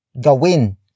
Gawin